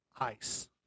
ice